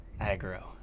aggro